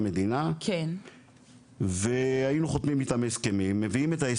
מדינה והיינו חותמים איתם על ההסכמים,